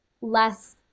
less